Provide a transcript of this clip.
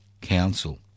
council